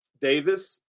Davis